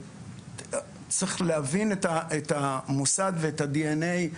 צריך להבין את המושג ואת ה-DNA.